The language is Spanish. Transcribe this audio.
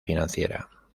financiera